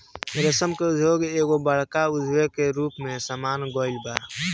रेशम के उद्योग एगो बड़का उद्योग के रूप में सामने आइल बा